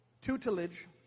tutelage